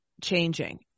changing